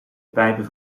pijpen